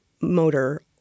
motor